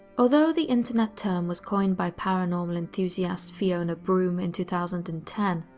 although the internet term was coined by paranormal enthusiast fiona broome in two thousand and ten,